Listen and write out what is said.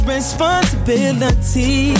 Responsibility